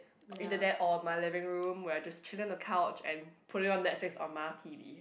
either that or my living room where I just chill in the coach and putting on Netflix on my T_V